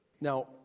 Now